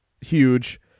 huge